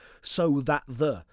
so-that-the